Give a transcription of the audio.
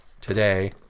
today